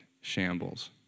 shambles